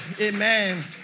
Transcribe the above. amen